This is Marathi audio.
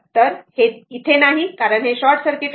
तर हे तिथे नाही कारण हे शॉर्ट सर्किट आहे